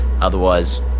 otherwise